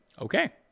Okay